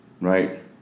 right